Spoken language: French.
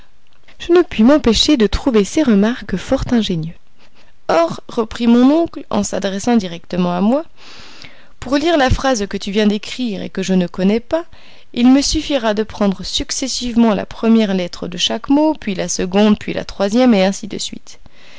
je ne puis m'empêcher de trouver ces remarques fort ingénieuses or reprit mon oncle en s'adressant directement à moi pour lire la phrase que tu viens d'écrire et que je ne connais pas il me suffira de prendre successivement la première lettre de chaque mot puis la seconde puis la troisième ainsi de suite